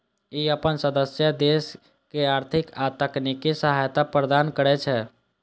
ई अपन सदस्य देश के आर्थिक आ तकनीकी सहायता प्रदान करै छै